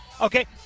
Okay